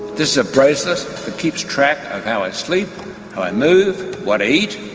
this is a bracelet that keeps track of how i sleep, how i move, what i eat,